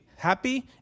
happy